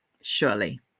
surely